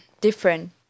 different